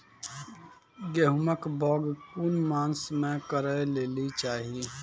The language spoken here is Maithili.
गेहूँमक बौग कून मांस मअ करै लेली चाही?